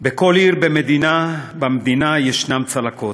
בכל עיר במדינה יש צלקות.